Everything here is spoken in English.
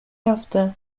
after